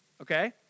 okay